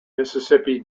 mississippi